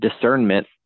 discernment